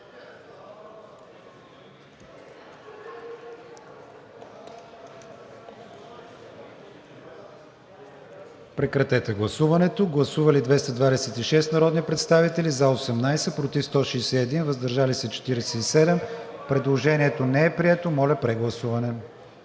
ще Ви информирам. Гласували 226 народни представители: за 18, против 161, въздържали се 47. Предложението не е прието. Моля, прегласуване.